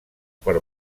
per